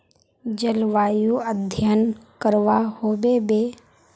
जलवायु अध्यन करवा होबे बे?